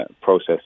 process